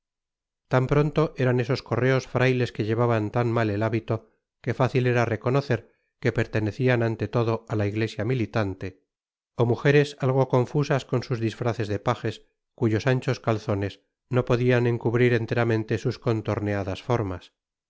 tan pronto eran esos correos frailes que llevaban tan mal el hábito que fácil era reconocer que pertenecian ante todo á la iglesia militante ó mujeres algo confusas con sus disfraces de pajes cuyos anchos calzones no podian encubrir enteramente sus contorneadas formas